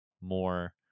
more